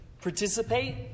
participate